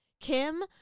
Kim